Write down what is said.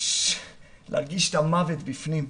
את המוות בפנים.